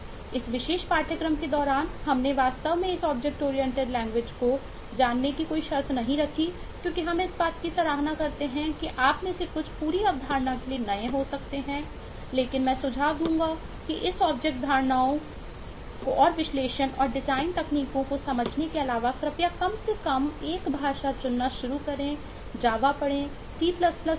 इस विशेष पाठ्यक्रम के दौरान हमने वास्तव में इस ऑब्जेक्ट ओरिएंटेड लैंग्वेज पढ़ें